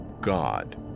God